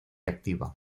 activa